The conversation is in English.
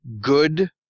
good